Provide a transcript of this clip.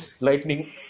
lightning